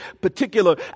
particular